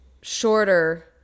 shorter